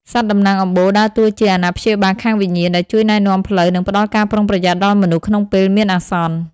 សត្វតំណាងអំបូរដើរតួជា "អាណាព្យាបាលខាងវិញ្ញាណ" ដែលជួយណែនាំផ្លូវ និងផ្តល់ការប្រុងប្រយ័ត្នដល់មនុស្សក្នុងពេលមានអាសន្ន។